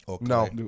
No